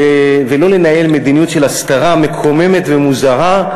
ולא לנהל מדיניות של הסתרה מקוממת ומוזרה,